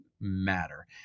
matter